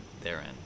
therein